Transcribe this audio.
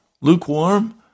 lukewarm